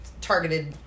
targeted